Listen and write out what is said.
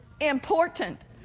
important